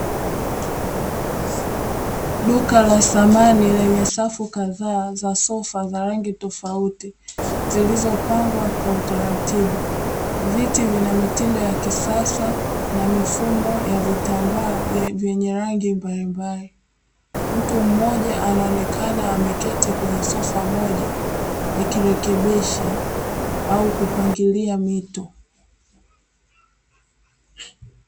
Duka la samani lenye safu kadhaa za sofa za aina mbalimbali, zilizopangwa kwa utaratibu, viti vina mitindo ya kisasa na mifumo ya vitambaa vyenye rangi mbalimbali. Mtu mmoja anaonekana ameketi kwenye sofa moja akirekebisha au kupangilia mito.